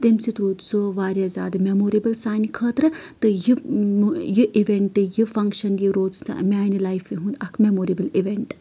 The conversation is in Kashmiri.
تٔمۍ سۭتۍ روٗد سُہ واریاہ زیادٕ میموریبٕل سانہِ خٲطرٕ تہٕ یہِ اِوینٛٹ یہِ فنٛگشن یہِ روٗد میانہِ لایفہِ ہُنٛد اکھ میموریبٕل اِوینٛٹ